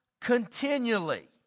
continually